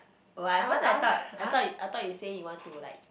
!wah! at first I thought I thought I thought you said you want to like